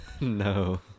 No